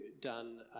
done